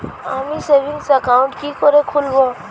আমি savings account কি করে খুলব?